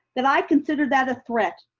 that i consider that a threat.